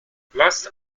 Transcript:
last